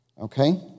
Okay